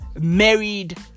Married